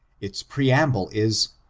its preamble is!